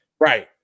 Right